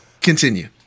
Continue